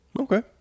okay